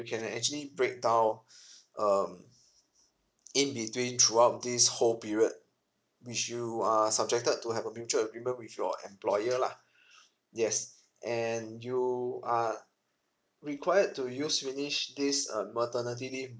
can actually break down um in between throughout this whole period which you are subjected to have a mutual agreement with your employer lah yes and you are required to use finish this uh maternity leave